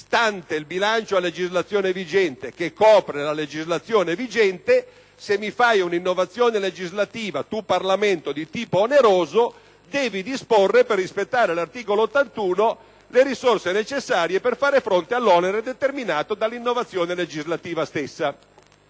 stante il bilancio a legislazione vigente, che copre la legislazione vigente, se il Parlamento fa un'innovazione legislativa di tipo oneroso deve disporre, per rispettare l'articolo 81 della Costituzione, le risorse necessarie per fare fronte all'onere determinato dall'innovazione legislativa stessa.